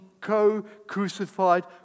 co-crucified